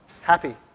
happy